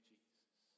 Jesus